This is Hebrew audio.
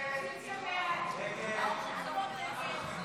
הסתייגות 95 לחלופין ב לא נתקבלה.